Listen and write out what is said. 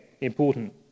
important